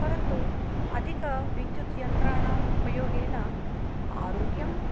परन्तु अधिकविद्युद्यन्त्राणाम् उपयोगेन आरोग्यं म